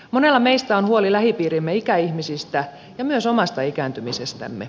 monella meistä on huoli lähipiirimme ikäihmisistä ja myös omasta ikääntymisestämme